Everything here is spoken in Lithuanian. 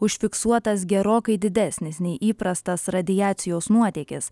užfiksuotas gerokai didesnis nei įprastas radiacijos nuotėkis